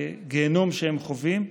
הגיהינום שהם חווים,